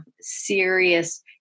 serious